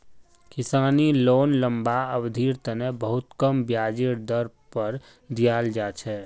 किसानी लोन लम्बा अवधिर तने बहुत कम ब्याजेर दर पर दीयाल जा छे